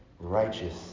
righteous